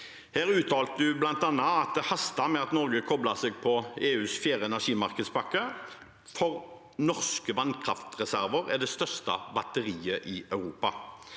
Der uttalte hun bl.a. at det hastet med at Norge koblet seg på EUs fjerde energimarkedspakke, for norske vannkraftreserver er det største batteriet i Europa.